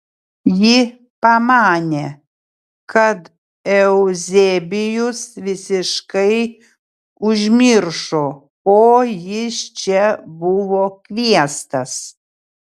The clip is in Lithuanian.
ji pamanė kad euzebijus visiškai užmiršo ko jis čia buvo kviestas